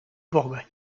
bourgogne